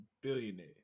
billionaire